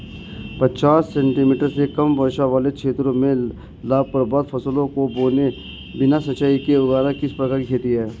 पचास सेंटीमीटर से कम वर्षा वाले क्षेत्रों में लाभप्रद फसलों को बिना सिंचाई के उगाना किस प्रकार की खेती है?